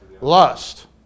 Lust